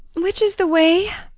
which is the way?